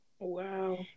Wow